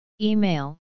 Email